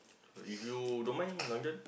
if you don't mind Long-John